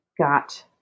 got